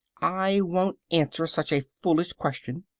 i won't answer such a foolish question,